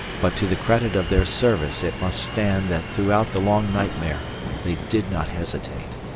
but to the credit of their service it must stand that throughout the long nightmare they did not hesitate.